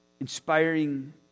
inspiring